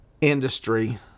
industry